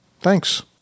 Thanks